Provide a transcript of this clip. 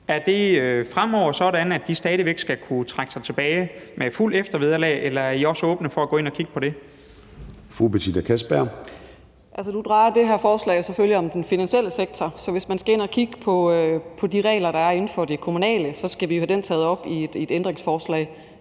Er det fremover sådan, at de stadig væk skal kunne trække sig tilbage med fuldt eftervederlag, eller er I også åbne for at gå ind at kigge på det? Kl. 13:20 Formanden (Søren Gade): Fru Betina Kastbjerg. Kl. 13:20 Betina Kastbjerg (DD): Altså, nu drejer det her forslag sig selvfølgelig om den finansielle sektor. Så hvis man skal ind at kigge på de regler, der er inden for det kommunale, skal vi have det taget op i et ændringsforslag,